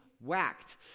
whacked